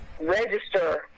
register